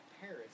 Paris